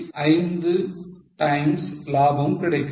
5 times லாபம் கிடைக்கிறது